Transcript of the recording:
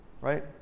right